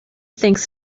thinks